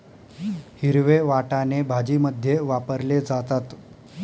हिरवे वाटाणे भाजीमध्ये वापरले जातात